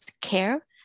care